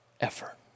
effort